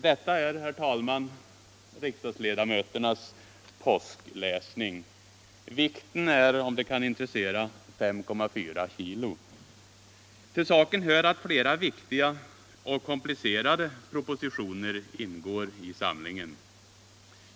Detta är, herr talman, ledamöternas påskläsning! Vikten är — om det kan intressera — 5,4 kg! Till saken hör att flera betydelsefulla och komplicerade propositioner ingår i denna samling.